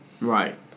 Right